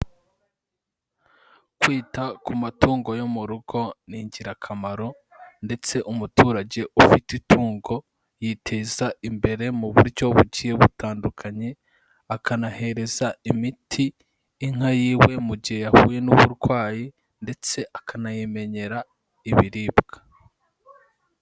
Kwita ku matungo yo mu rugo ni ingirakamaro ndetse umuturage ufite itungo yiteza imbere mu buryo buke butandukanye, akanahereza imiti inka yiwe mu gihe yahuye n'uburwayi ndetse akanayimenyera ibiribwa.